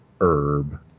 herb